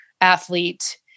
athlete